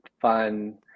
fun